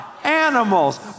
Animals